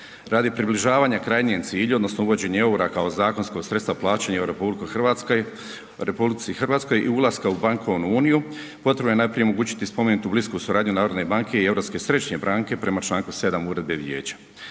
Radi približavanja krajnijem cilju odnosno uvođenju EUR-a kao zakonskog sredstava plaćanja u RH i ulaska u bankovnu uniju, potrebno je najprije omogućiti spomenutu blisku suradnju HNB-a i Europske središnje banke prema Članku 7. Uredbe vijeća.